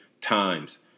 Times